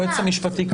היועץ המשפטי,